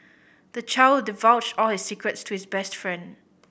the child divulged all his secrets to his best friend